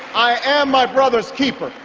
i am my brother's keeper,